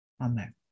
Amen